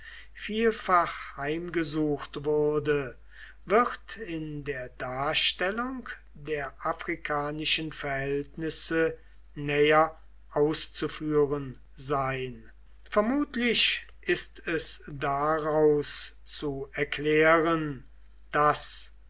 vielfach heimgesucht wurde wird in der darstellung der afrikanischen verhältnisse näher auszuführen sei vermutlich ist es daraus zu erklären daß